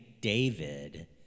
David